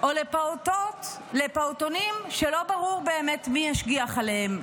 או לפעוטונים שלא ברור באמת מי ישגיח עליהם,